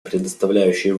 предоставляющие